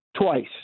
twice